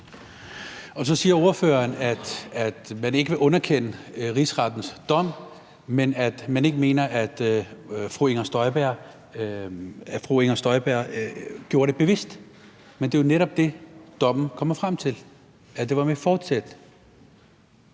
Så siger ordføreren, at man ikke vil underkende rigsrettens dom, men at man ikke mener, at fru Inger Støjberg gjorde det bevidst. Men det er jo netop det, dommen kommer frem til, altså at det var med fortsæt.